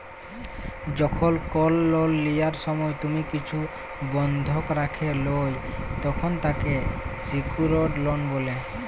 যখল কল লন লিয়ার সময় তুমি কিছু বনধক রাখে ল্যয় তখল তাকে স্যিক্যুরড লন বলে